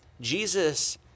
Jesus